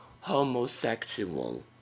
homosexual